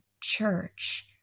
church